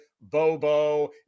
Bobo